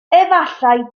efallai